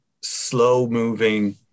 slow-moving